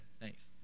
Thanks